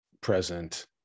present